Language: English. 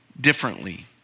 differently